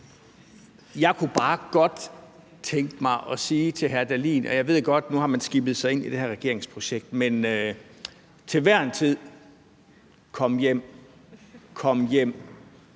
Jeg kunne bare godt tænke mig at sige til hr. Morten Dahlin, at jeg godt ved, at nu har man skibet sig ind i det her regeringsprojekt, men til hver en tid vil jeg sige: Kom hjem,